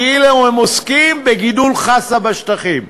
כאילו הם עוסקים בגידול חסה בשטחים,